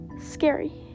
scary